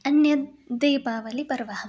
अन्यद् दीपावलीपर्वः